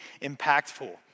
impactful